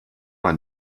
man